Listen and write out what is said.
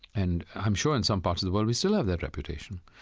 and i'm sure in some parts of the world we still have that reputation.